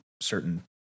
certain